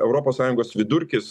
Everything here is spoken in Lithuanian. europos sąjungos vidurkis